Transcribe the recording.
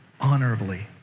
honorably